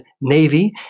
Navy